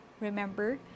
Remember